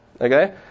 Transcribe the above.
Okay